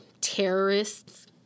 terrorists